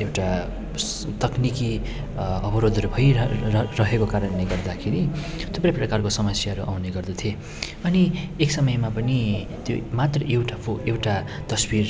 एउटा तक्निकी अवरोधहरू भइरह रहेको कारणले गर्दाखेरि थुप्रै प्रकारको समस्याहरू आउने गर्दथे अनि एक समयमा पनि त्यो मात्र एउटा फो एउटा तस्विर